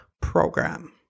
program